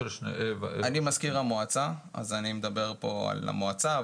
אני מזכיר המועצה אז אני מדבר פה על המועצה,